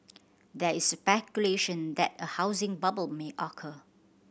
there is speculation that a housing bubble may occur